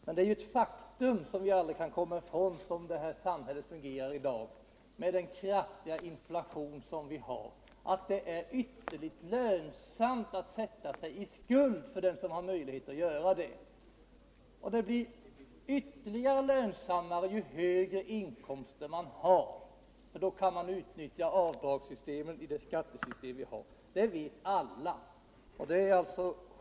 Men det är ett faktum som vi aldrig kan komma från, som vårt samhälle fungerar i dag - med den kraftiga inflation som vi har —, nämligen att det är ytterligt lönsamt att sätta sig i skuld för den som har möjlighet att göra det. Det blir ännu lönsammare, ju högre inkomst man har, att utnyttja avdragsrätten i vårt skattesystem.